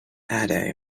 ada